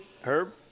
Herb